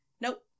nope